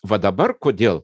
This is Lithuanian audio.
va dabar kodėl